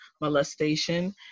molestation